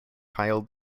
pile